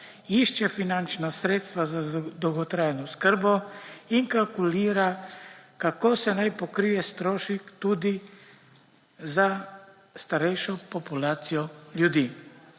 Išče finančna sredstva za dolgotrajno oskrbo in kalkulira, kako se naj pokrije strošek tudi za starejšo populacijo ljudi.